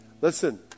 listen